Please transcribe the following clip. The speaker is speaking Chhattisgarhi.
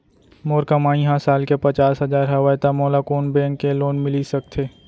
मोर कमाई ह साल के पचास हजार हवय त मोला कोन बैंक के लोन मिलिस सकथे?